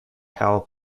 power